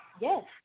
Yes